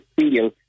feel